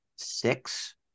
six